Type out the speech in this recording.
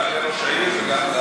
גם לראש העיר וגם,